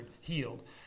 healed